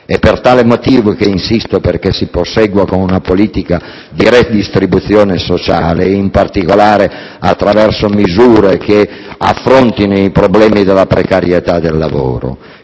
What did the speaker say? È per tale motivo che insisto perché si prosegua con una politica di redistribuzione sociale, in particolare attraverso misure che affrontino i problemi della precarietà del lavoro,